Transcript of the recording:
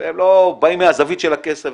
והם לא באים מהזווית של הכסף,